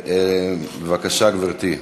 בבקשה, גברתי.